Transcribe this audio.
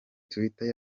twitter